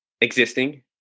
existing